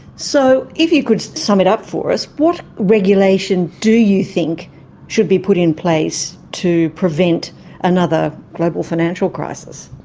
so if you could sum it up for us, what regulation do you think should be put in place to prevent another global financial crisis?